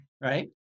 right